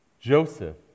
Joseph